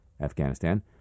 Afghanistan